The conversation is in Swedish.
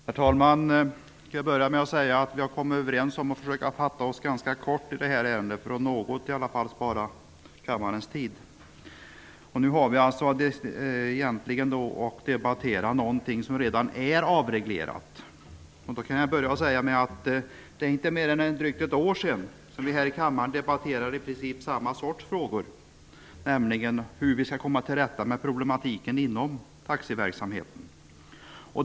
Herr talman! Jag skall börja med att säga att vi har kommit överens om att fatta oss ganska kort i det här ärendet för att i alla fall något spara kammarens tid. Nu har vi att debattera någonting som redan är avreglerat. Jag kan börja med att säga att det inte är mer än drygt ett år sedan som vi i kammaren debatterade i princip samma sorts frågor som denna, nämligen hur vi skall komma till rätta med problemen inom taxiverksamheten.